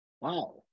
wow